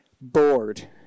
bored